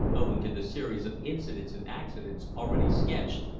owing to the series of incidents and accidents already sketched,